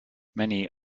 many